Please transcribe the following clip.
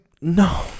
No